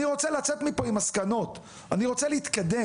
אני רוצה לצאת מפה עם מסקנות, אני רוצה להתקדם.